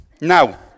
Now